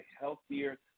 healthier